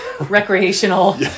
recreational